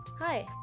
Hi